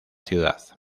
ciudad